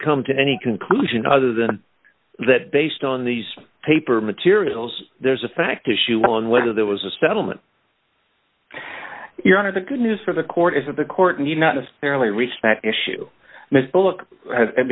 come to any conclusion other than that based on these paper materials there's a fact issue on whether there was a settlement your honor the good news for the court is that the court and you not necessarily respect issue mr bullock